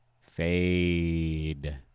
Fade